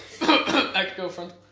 Ex-girlfriend